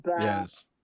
Yes